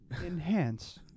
Enhance